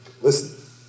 listen